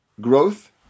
growth